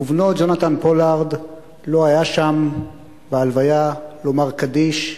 ובנו ג'ונתן פולארד לא היה שם בהלוויה לומר קדיש,